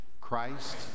Christ